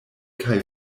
kaj